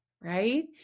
right